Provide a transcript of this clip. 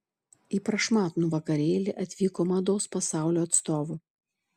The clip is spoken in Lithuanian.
į prašmatnų vakarėlį atvyko mados pasaulio atstovų